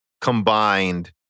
combined